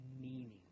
meaning